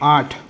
આઠ